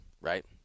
Right